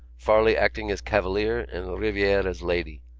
farley acting as cavalier and riviere as lady.